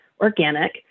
organic